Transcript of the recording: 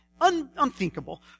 unthinkable